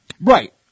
Right